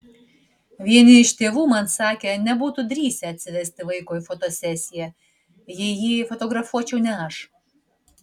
vieni iš tėvų man sakė nebūtų drįsę atsivesti vaiko į fotosesiją jei jį fotografuočiau ne aš